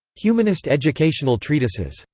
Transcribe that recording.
humanist educational treatises.